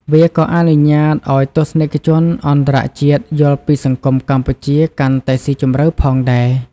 វាក៏អនុញ្ញាតឲ្យទស្សនិកជនអន្តរជាតិយល់ពីសង្គមកម្ពុជាកាន់តែស៊ីជម្រៅផងដែរ។